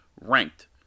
ranked